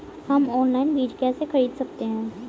हम ऑनलाइन बीज कैसे खरीद सकते हैं?